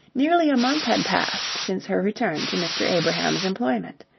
nearly a month had passed since her return to mr. abrahams' employment.